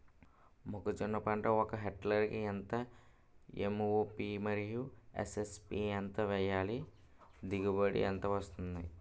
మొక్కజొన్న పంట ఒక హెక్టార్ కి ఎంత ఎం.ఓ.పి మరియు ఎస్.ఎస్.పి ఎంత వేయాలి? దిగుబడి ఎంత వస్తుంది?